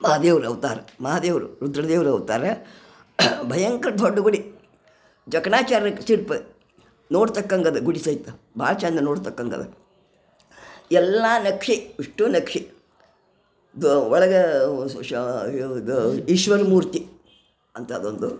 ಮಾದೇವ್ರ ಅವತಾರ ಮಾದೇವ್ರ ರುದ್ರ ದೇವರ ಅವತಾರ ಭಯಂಕರ ದೊಡ್ಡ ಗುಡಿ ಜಕ್ಣಾಚಾರಿ ನೋಡ್ತಕ್ಕಂಗದ ಗುಡಿ ಸಹಿತ ಭಾಳ ಚಂದ ನೋಡ್ತಕ್ಕಂಗದ ಎಲ್ಲಾ ನಕ್ಷೆ ಇಷ್ಟು ನಕ್ಷೆ ದೊ ಒಳಗೆ ಇದು ಈಶ್ವರ ಮೂರ್ತಿ ಅಂಥಾದೊಂದು